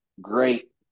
great